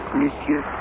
monsieur